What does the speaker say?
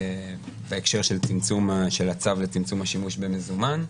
בהקשר של צמצום של הצו וצמצום השימוש במזומן.